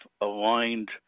aligned